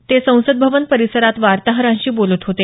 ते संसद भवन परिसरात वार्ताहरांशी बोलत होते